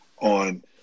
on